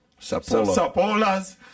Sapolas